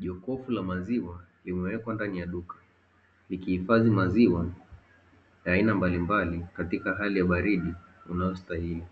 Jokofu la maziwa limewekwa ndani ya duka, likihifadhi maziwa ya aina mbalimbali katika hali ya ubaridi unaostaili.